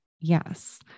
Yes